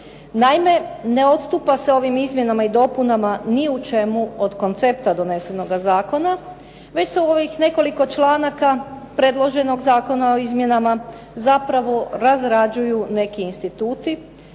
Naime, ne odstupa se ovim izmjenama i dopunama ni u čemu od koncepta donesenoga zakona već se u ovih nekoliko članaka predloženog zakona o izmjenama zapravo razrađuju neki instituti,